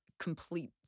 Complete